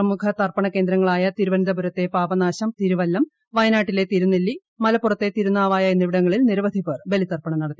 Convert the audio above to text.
പ്രമുഖ തർപ്പണ കേന്ദ്രങ്ങളായ തിരുവനന്തപുരത്തെ പാപനാശം തിരുവല്ലം വയനാട്ടിലെ തിരുനെല്ലി മലപ്പുറത്തെ തിരുനാവായ എന്നിവിടങ്ങളിൽ നിരവധിപേർ ബലിതർപ്പണം നടത്തി